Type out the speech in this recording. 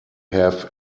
have